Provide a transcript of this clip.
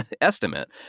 estimate